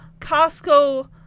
Costco